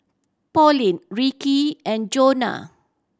Pauline Ricky and Jonah